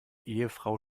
ehefrau